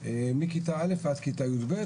מכיתה א' עד כיתה יב',